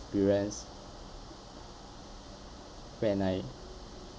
experience when I